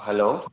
hello